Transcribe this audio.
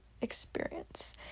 experience